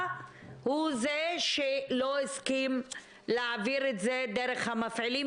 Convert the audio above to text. והיא לא יכולה להביא אותן לארץ.